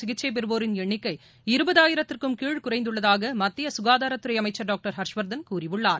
சிகிச்சை பெறுவோரின் எண்ணிக்கை இருபதாயிரத்திற்கும் கீழ் குறைந்துள்ளதாக மத்திய சுகாதாரத்துறை அமைச்சர் டாக்டர் ஹர்ஷ்வர்தன் கூறியுள்ளார்